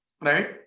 right